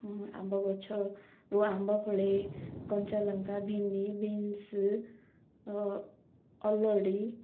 ଆମ୍ବ ଗଛ ରୁ ଆମ୍ବ ଫଳେ କଞ୍ଚା ଲଙ୍କା ଭେଣ୍ଡି ବିନ୍ସ ଅଲଡ଼ି